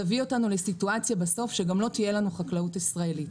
תביא אותנו לסיטואציה בסוף שגם לא תהיה לנו חקלאות ישראלית.